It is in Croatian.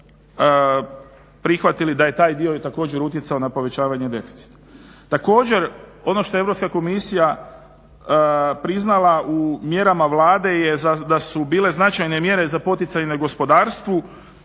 prihvatili da je i taj dio utjecao na povećanje deficita. Također ono što je Europska komisija priznala u mjerama Vlade da su bile značajne mjere za poticanje u gospodarstvu